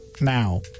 Now